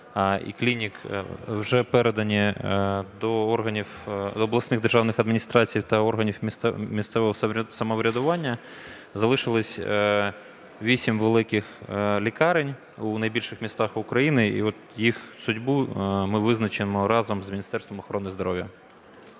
і клінік вже передані до обласних державних адміністрацій та органів місцевого самоврядування. Залишились вісім великих лікарень у найбільших містах України, і от їх судьбу ми визначимо разом з Міністерством охорони здоров'я.